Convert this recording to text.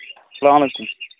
سلام علیکُم